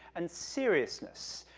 and seriousness,